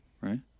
Right